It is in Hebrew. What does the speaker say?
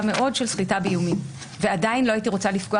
מאוד של סחיטה באיומים ועדיין לא הייתי רוצה לפגוע